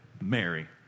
Mary